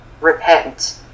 repent